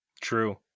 True